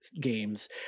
games